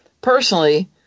Personally